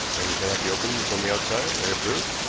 and cannot be opened from the outside, i observe,